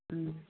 ம்